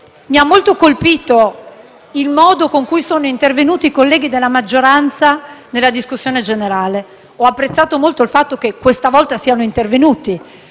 particolarmente colpito il modo con cui sono intervenuti i colleghi della maggioranza nella discussione generale. Ho apprezzato molto il fatto che, questa volta, siano intervenuti;